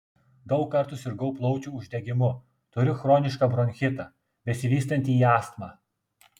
daug kartų sirgau plaučių uždegimu turiu chronišką bronchitą besivystantį į astmą